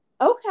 Okay